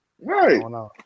Right